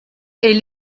est